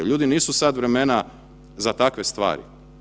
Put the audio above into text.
Ljudi nisu sad vremena za takve stvari.